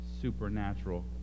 supernatural